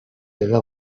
aveva